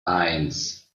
eins